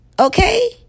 okay